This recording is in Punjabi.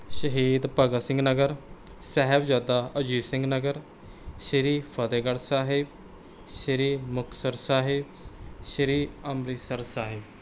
ਸ਼ਹੀਦ ਭਗਤ ਸਿੰਘ ਨਗਰ ਸਾਹਿਬਜ਼ਾਦਾ ਅਜੀਤ ਸਿੰਘ ਨਗਰ ਸ਼੍ਰੀ ਫਤਹਿਗੜ੍ਹ ਸਾਹਿਬ ਸ਼੍ਰੀ ਮੁਕਤਸਰ ਸਾਹਿਬ ਸ਼੍ਰੀ ਅੰਮ੍ਰਿਤਸਰ ਸਾਹਿਬ